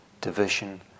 division